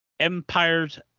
Empire's